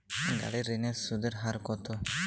গাড়ির ঋণের সুদের হার কতো?